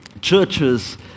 churches